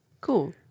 Cool